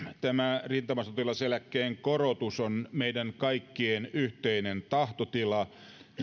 tämä rintamasotilaseläkkeen korotus on meidän kaikkien yhteinen tahtotila